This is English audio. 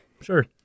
sure